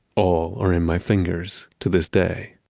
all are in my fingers to this day.